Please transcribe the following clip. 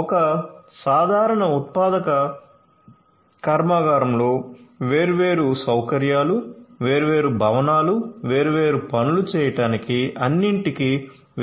ఒక సాధారణ ఉత్పాదక కర్మాగారంలో వేర్వేరు సౌకర్యాలు వేర్వేరు భవనాలు వేర్వేరు పనులు చేయడానికి అన్నింటికీ